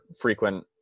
frequent